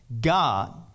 God